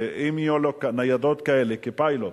שאם יהיו לו ניידות כאלה כפיילוט,